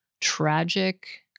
tragic